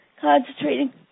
concentrating